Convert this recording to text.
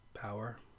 Power